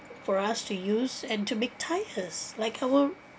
for us to use and to make tyres like our